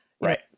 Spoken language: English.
Right